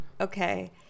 Okay